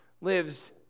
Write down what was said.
lives